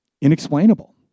inexplainable